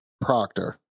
Proctor